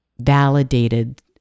validated